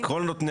כל נותני